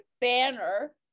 banner